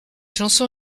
chanson